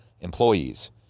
employees